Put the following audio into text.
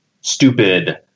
stupid